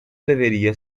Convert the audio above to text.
deveria